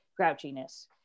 grouchiness